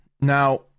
Now